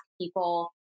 people